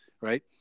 right